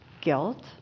guilt